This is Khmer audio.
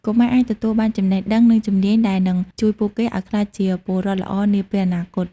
កុមារអាចទទួលបានចំណេះដឹង និងជំនាញដែលនឹងជួយពួកគេឱ្យក្លាយជាពលរដ្ឋល្អនាពេលអនាគត។